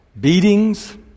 beatings